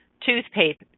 toothpaste